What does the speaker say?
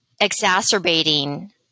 exacerbating